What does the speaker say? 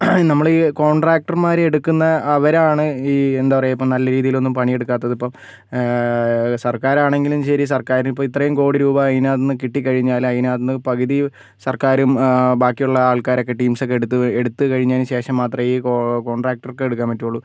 നമ്മളീ കോൺട്രാക്ടർമാരെ എടുക്കുന്ന അവരാണ് ഈ എന്താ പറയുക ഇപ്പോൾ നല്ല രീതിയിലൊന്നും പണിയെടുക്കാത്തത് ഇപ്പം സർക്കരാണെങ്കിലും ശരി സർക്കാർ ഇപ്പോൾ ഇത്രയും കോടി രൂപ ഇതിനകത്ത് എന്ന് കിട്ടിക്കഴിഞ്ഞാലതിനകത്ത് നിന്ന് പകുതി സർക്കാരും ബാക്കിയുള്ള ആൾക്കാരൊക്കെ ടീംസൊക്കെ എടുത്ത് എടുത്ത് കഴിഞ്ഞതിനുശേഷം മാത്രമേ ഈ കോ കോൺട്രാക്ടർക്കെടുക്കാൻ പറ്റുകയുള്ളൂ